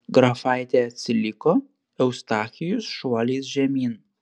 grafaitė atsiliko eustachijus šuoliais žemyn